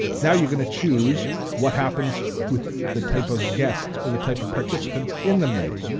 now you're gonna choose what happens with the type of guests or the type of participants in the meeting.